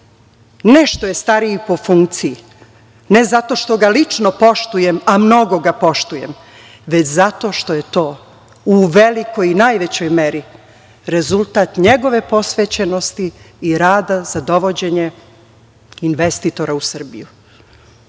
Ne što je stariji po funkciji, ne zato što ga lično poštujem, a mnogo ga poštujem, već zato što je to u velikoj, najvećoj meri rezultat njegove posvećenosti i rada za dovođenje investitora u Srbiju.